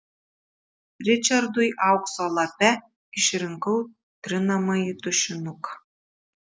ričardui aukso lape išrinkau trinamąjį tušinuką